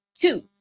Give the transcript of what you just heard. Two